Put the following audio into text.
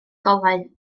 golau